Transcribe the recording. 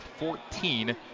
14